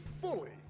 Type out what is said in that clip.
fully